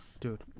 dude